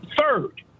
third